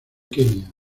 kenia